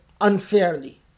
unfairly